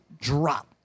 drop